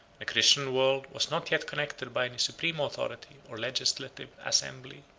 christian world was not yet connected by any supreme authority or legislative assembly.